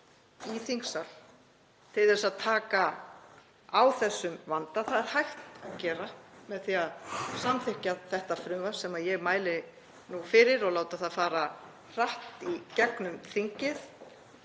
til að taka á þessum vanda. Það er hægt að gera með því að samþykkja þetta frumvarp sem ég mæli nú fyrir, láta það fara hratt í gegnum þingið